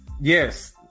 Yes